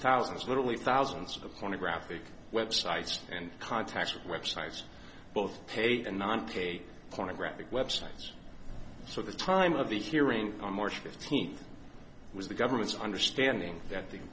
thousands literally thousands of the pornographic websites and contacts of websites both paid and non paid pornographic websites so the time of the hearing on march fifteenth was the government's understanding that the